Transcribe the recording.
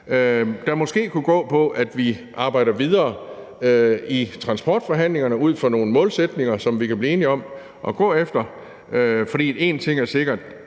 der måske kunne gå på, at vi arbejder videre i transportforhandlingerne ud fra nogle målsætninger, som vi kan blive enige om at gå efter. For én ting er sikkert: